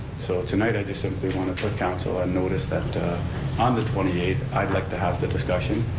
so tonight i just simply want to put council on notice that on the twenty eighth i'd like to have the discussion,